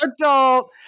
adult